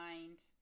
mind